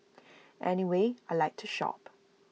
anyway I Like to shop